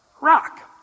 rock